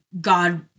God